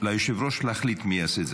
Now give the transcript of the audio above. ליושב-ראש להחליט מי יעשה את זה.